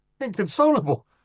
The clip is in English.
inconsolable